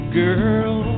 girl